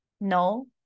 no